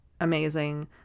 amazing